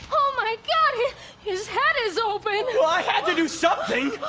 oh my god! he his head is open! well i had to do something!